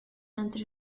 and